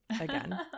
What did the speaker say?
again